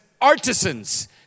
artisans